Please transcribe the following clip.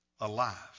alive